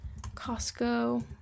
Costco